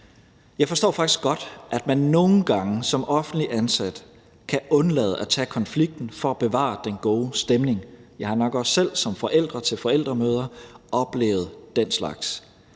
Jeg forstår faktisk godt, at man nogle gange som offentligt ansat kan undlade at tage konflikten for at bevare den gode stemning. Jeg har nok også selv som forælder ved forældremøder oplevet den slags.